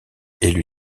élue